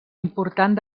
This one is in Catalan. important